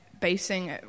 basing